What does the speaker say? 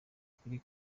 kuri